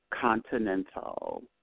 Continental